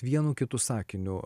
vienu kitu sakiniu